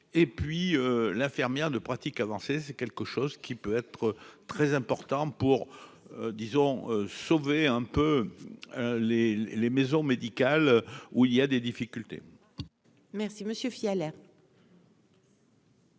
et puis l'infirmière de pratique avancée, c'est quelque chose qui peut être très important pour disons sauver un peu les les maisons médicales où il y a des difficultés. Merci monsieur fit